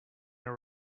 your